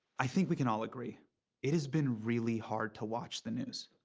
i think we can all agree it has been really hard to watch the news.